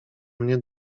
mnie